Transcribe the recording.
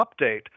update